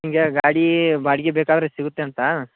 ಹಿಂಗೆ ಗಾಡಿ ಬಾಡ್ಗೆ ಬೇಕಾದ್ರೆ ಸಿಗುತ್ತೆ ಅಂತ